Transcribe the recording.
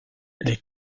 les